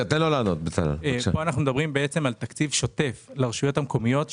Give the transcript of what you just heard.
פה אנחנו מדברים על תקציב שוטף לרשויות מקומיות,